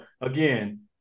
again